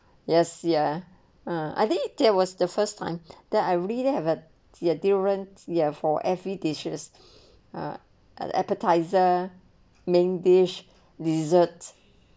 yes ya i think there was the first time that I really have a durian ya for every dishes ah the appetizer main dish dessert